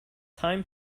time